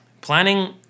Planning